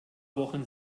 wochen